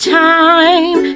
time